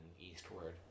eastward